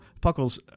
Puckles